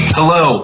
Hello